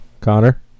Connor